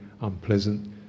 unpleasant